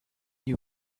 you